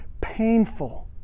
painful